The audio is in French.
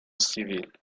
civile